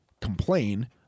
complain